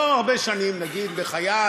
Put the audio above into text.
לא הרבה שנים בחיי,